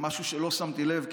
זה משהו שלא שמתי לב אליו,